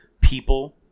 people